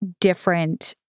different